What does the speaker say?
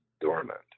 dormant